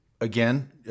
Again